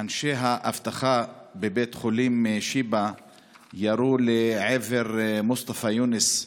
אנשי האבטחה בבית חולים שיבא ירו לעבר מוסטפא יונס,